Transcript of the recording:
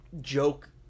joke